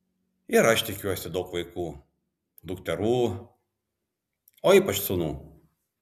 ir aš tikiuosi daug vaikų dukterų o ypač sūnų